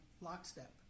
lockstep